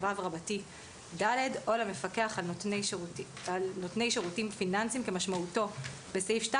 52סו(ד) או למפקח על נותני שירותים פיננסיים כמשמעותו בסעיף 2